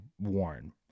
worn